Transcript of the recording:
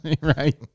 right